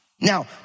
now